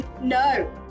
No